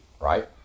right